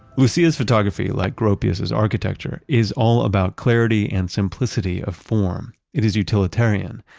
lucia's photography like gropius's architecture, is all about clarity and simplicity of form. it is utilitarian,